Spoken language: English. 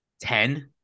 ten